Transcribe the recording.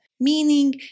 meaning